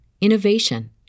innovation